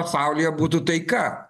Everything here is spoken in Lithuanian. pasaulyje būtų taika